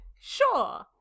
sure